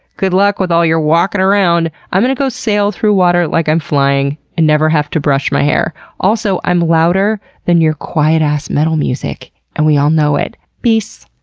good luck with all your walkin' around. i'm gonna go sail through water like i'm flying and never have to brush my hair. also, i'm louder than your quiet-ass metal music and we all know it. peace.